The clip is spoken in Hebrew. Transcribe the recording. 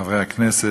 חברי הכנסת,